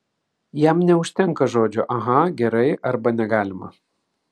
jam neužtenka žodžio aha gerai arba negalima